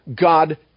God